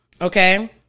Okay